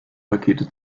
pakete